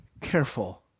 careful